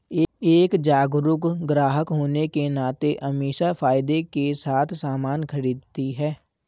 एक जागरूक ग्राहक होने के नाते अमीषा फायदे के साथ सामान खरीदती है